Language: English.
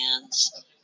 hands